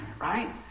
right